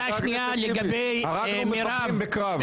חבר הכנסת טיבי, הרגנו מחבלים בקרב.